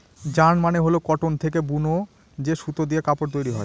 yarn মানে হল cotton থেকে বুনা যে সুতো দিয়ে কাপড় তৈরী হয়